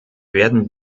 werden